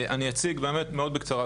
אציג באמת מאוד בקצרה,